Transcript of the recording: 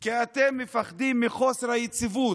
כי אתם מפחדים מחוסר היציבות,